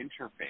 interface